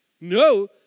No